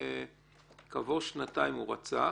וכעבור שנתיים הוא רצח,